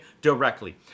directly